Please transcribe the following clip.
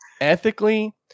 ethically